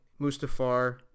Mustafar